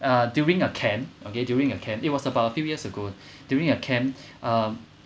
uh during a camp okay during a camp it was about a few years ago during a camp um